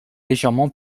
légèrement